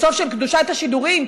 של קדושת השידורים.